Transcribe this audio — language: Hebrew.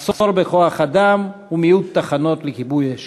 מחסור בכוח-אדם ומיעוט תחנות לכיבוי אש,